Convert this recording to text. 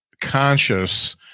conscious